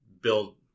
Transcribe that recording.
build